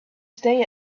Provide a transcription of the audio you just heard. stay